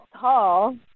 tall